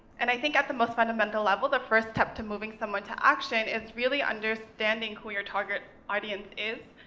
and i think at the most fundamental level, the first step to moving someone to action is really understanding who your target audience is,